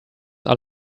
are